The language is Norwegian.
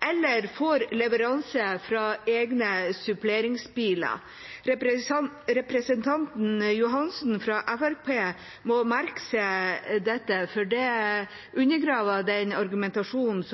eller de får leveranser fra egne suppleringsbiler. Representanten Johansen fra Fremskrittspartiet må merke seg dette, for det undergraver hans argumentasjon.